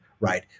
Right